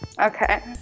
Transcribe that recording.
Okay